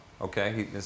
okay